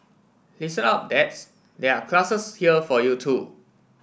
listen up dads there are classes here for you too